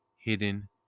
Hidden